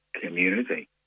community